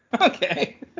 Okay